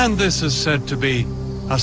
and this is said to be a